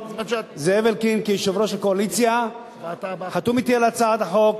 זאב אלקין כיושב-ראש הקואליציה חתום אתי על הצעת החוק,